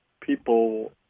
people